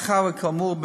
מאחר שכאמור,